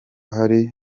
hari